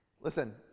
Listen